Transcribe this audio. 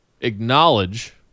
acknowledge